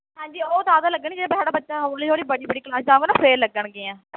ਹਾਂਜੀ ਉਹ ਤਦ ਲੱਗਣਗੇ ਜਦੋਂ ਸਾਡਾ ਬੱਚਾ ਹੌਲੀ ਹੌਲੀ ਬੜੀ ਬੜੀ ਕਲਾਸ 'ਚ ਜਾਊਗਾ ਨਾ ਫ਼ਿਰ ਲੱਗਣਗੀਆਂ